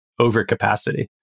overcapacity